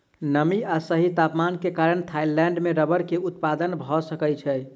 नमी आ सही तापमान के कारण थाईलैंड में रबड़ के उत्पादन भअ सकै छै